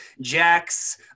Jack's